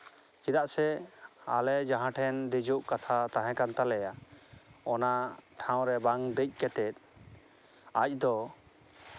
ᱪᱮᱫᱟᱜ ᱥᱮ ᱟᱞᱮ ᱡᱟᱦᱟᱸ ᱴᱷᱮᱱ ᱫᱮᱡᱚᱜ ᱠᱟᱛᱷᱟ ᱛᱟᱦᱮᱸ ᱠᱟᱱ ᱛᱟᱞᱮᱭᱟ ᱚᱱᱟ ᱴᱷᱟᱶᱨᱮ ᱵᱟᱝ ᱫᱮᱡ ᱠᱟᱛᱮ ᱟᱡ ᱫᱚ